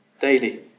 daily